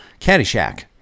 Caddyshack